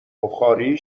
بخاری